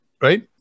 right